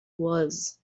was